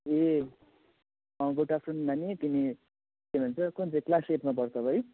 ए good afternoon नानी तिमी के भन्छ कुन चाहिँ क्लास एटमा पढ्छौ है